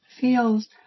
feels